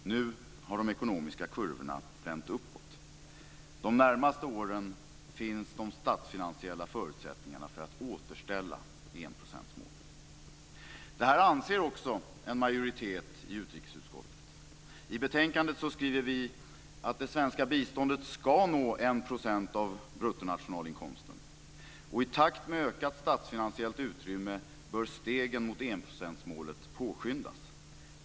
Nu har de ekonomiska kurvorna vänt uppåt. De närmaste åren finns de statsfinansiella förutsättningarna för att återställa enprocentsmålet. Detta anser också en majoritet i utrikesutskottet. I betänkandet skriver vi: "Utskottet menar att det svenska biståndet skall nå en procent av BNI och att i takt med ökat statsfinansiellt utrymme bör stegen mot enprocentsmålet påskyndas.